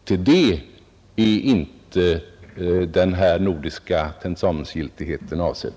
För detta är inte den nordiska tentamensgiltigheten avsedd.